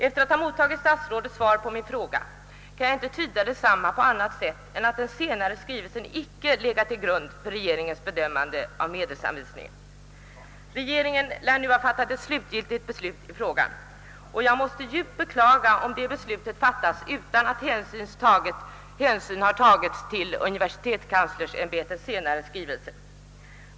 Efter att ha mottagit statsrådets svar på min fråga kan jag inte tyda det på annat sätt än att den senare skrivelsen icke legat till grund för regeringens bedömning av medelsanvisningen. Regeringen lär nu ha fattat ett slutgiltigt beslut i frågan, och jag måste djupt beklaga, om det beslutet fattats utan att hänsyn har tagits till universitetskanslersämbetets senare skrivelse.